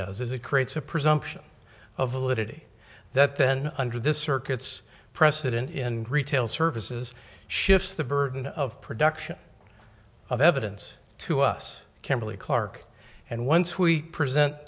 does it creates a presumption of illiteracy that then under this circuit's precedent in retail services shifts the burden of production of evidence to us kimberly clark and once we present